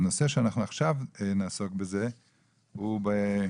הנושא שעכשיו נעסוק בו הוא: